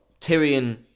Tyrion